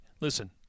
listen